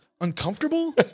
uncomfortable